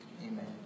Amen